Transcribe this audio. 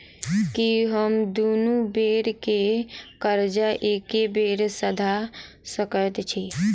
की हम दुनू बेर केँ कर्जा एके बेर सधा सकैत छी?